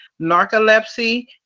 narcolepsy